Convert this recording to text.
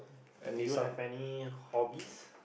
do you have any hobbies